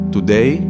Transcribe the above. Today